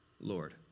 Lord